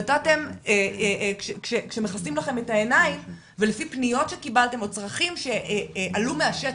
נתתם כשמכסים לכם את העיניים ולפי פניות שקיבלתם או צרכים שעלו מהשטח.